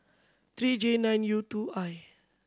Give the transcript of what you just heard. three J nine U two I